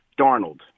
Darnold